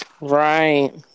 Right